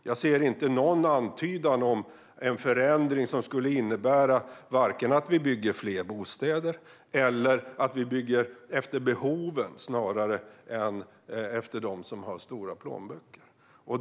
Jag ser inte någon antydan om en förändring som skulle innebära vare sig att vi bygger fler bostäder eller att vi bygger efter behoven snarare än för dem som har stora plånböcker.